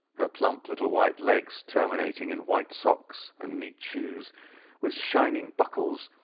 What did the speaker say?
her plump little white legs terminating in white socks and neat shoes with shining buckles,